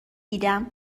دیدم